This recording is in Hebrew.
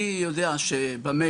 אני יודע שבמייל